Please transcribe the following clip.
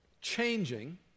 changing